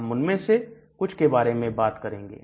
हम उनमें से कुछ के बारे में बात करेंगे